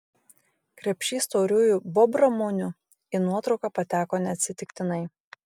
krepšys tauriųjų bobramunių į nuotrauką pateko neatsitiktinai